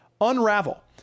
Unravel